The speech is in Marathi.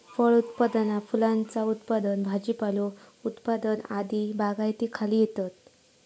फळ उत्पादना फुलांचा उत्पादन भाजीपालो उत्पादन आदी बागायतीखाली येतत